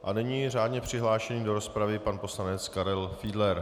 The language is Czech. A nyní je řádně přihlášený do rozpravy, pan poslanec Karel Fiedler.